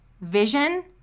vision